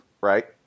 right